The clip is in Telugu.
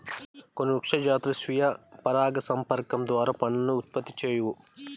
కొన్ని వృక్ష జాతులు స్వీయ పరాగసంపర్కం ద్వారా పండ్లను ఉత్పత్తి చేయవు